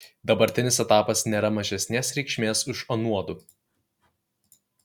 dabartinis etapas nėra mažesnės reikšmės už anuodu